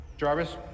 Jarvis